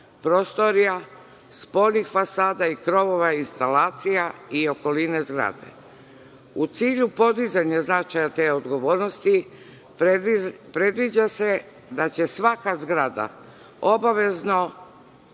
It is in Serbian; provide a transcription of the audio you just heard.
prostorija, spoljnih fasada, krovova, instalacija i okoline zgrade.U cilju podizanja značaja te odgovornosti predviđa se da će svaka zgrada obavezno